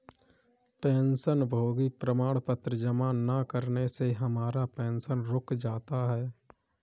पेंशनभोगी प्रमाण पत्र जमा न करने से हमारा पेंशन रुक जाता है